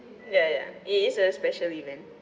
ya ya it is a special event